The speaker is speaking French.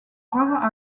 rare